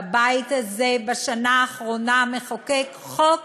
והבית הזה, בשנה האחרונה מחוקק חוק